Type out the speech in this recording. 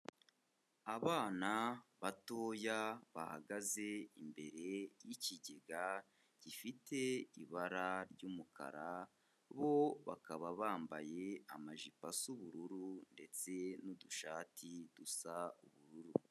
Abana batoya bahagaze imbere y'ikigega gifite ibara ry'umukara, bo bakaba bambaye amajipo asa ubururu ndetse n'udushati dusa ubururu.